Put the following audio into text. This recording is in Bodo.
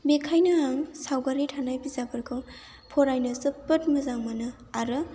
बेनिखायनो आं सावगारि थानाय बिजाबफोरखौ फरायनो जोबोद मोजां मोनो आरो